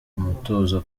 umutuzo